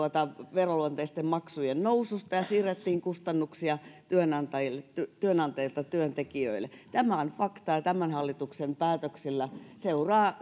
veroluonteisten maksujen nousuista ja siirrettiin kustannuksia työnantajilta työnantajilta työntekijöille tämä on faktaa ja tämän hallituksen päätöksillä seuraa